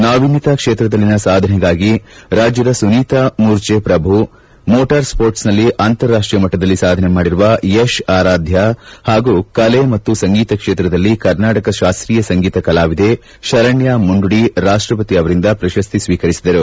ನಾವೀನ್ತತಾ ಕ್ಷೇತ್ರದಲ್ಲಿನ ಸಾಧನೆಗಾಗಿ ರಾಜ್ಯದ ಸುನೀತಾ ಮೂರ್ಜೆ ಪ್ರಭು ಮೋಟಾರ್ ಸ್ಪೋರ್ಟ್ಸನಲ್ಲಿ ಅಂತಾರಾಷ್ಟೀಯ ಮಟ್ಟದಲ್ಲಿ ಸಾಧನೆ ಮಾಡಿರುವ ಯಶ್ ಆರಾಧ್ಯ ಪಾಗೂ ಕಲೆ ಮತ್ತು ಸಂಗೀತ ಕ್ಷೇತ್ರದಲ್ಲಿ ಕರ್ನಾಟಕ ಶಾಸ್ತ್ರೀಯ ಸಂಗೀತ ಕಲಾವಿದೆ ಶರಣ್ಠ ಮುಂಡುಡಿ ರಾಷ್ಟಪತಿ ಅವರಿಂದ ಪ್ರಶಸ್ತಿ ಸ್ವೀಕರಿಸಿದರು